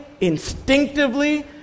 instinctively